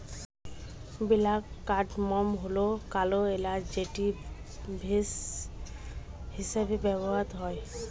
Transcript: black cardamom হল কালো এলাচ যেটি ভেষজ হিসেবে ব্যবহৃত হয়